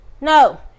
no